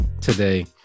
today